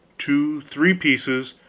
two, three pieces,